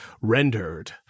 rendered